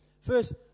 first